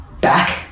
back